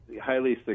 highly